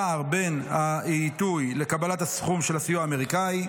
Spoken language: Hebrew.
פער בעיתוי לקבלת הסכום של הסיוע האמריקאי,